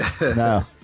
No